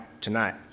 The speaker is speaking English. tonight